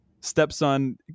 stepson